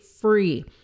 free